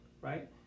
right